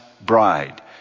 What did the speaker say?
bride